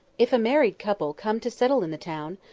if a married couple come to settle in the town,